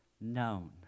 known